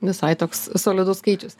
visai toks solidus skaičius